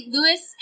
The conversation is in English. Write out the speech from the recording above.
Lewis